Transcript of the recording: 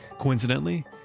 coincidentally,